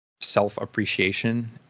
self-appreciation